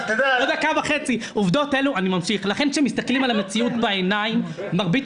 לכן כשמסתכלים על המציאות בעיניים מרבית